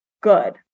good